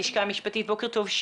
בוקר טוב.